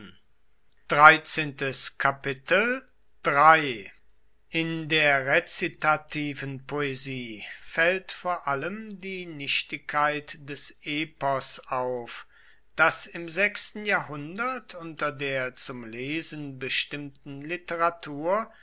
in der rezitativen poesie fällt vor allem die nichtigkeit des epos auf das im sechsten jahrhundert unter der zum lesen bestimmten literatur